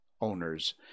owners